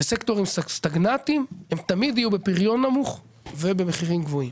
וסקטורים סטגנטיים הם תמיד יהיו בפריון נמוך ובמחירים גבוהים.